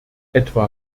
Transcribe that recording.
etwa